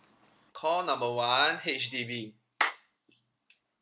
call number one H_D_B